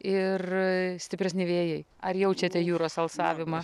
ir stipresni vėjai ar jaučiate jūros alsavimą